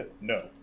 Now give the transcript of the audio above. No